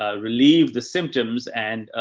ah relieve the symptoms and, ah,